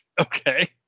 Okay